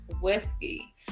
whiskey